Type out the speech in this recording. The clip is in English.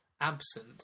absent